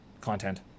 content